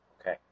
Okay